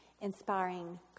inspiring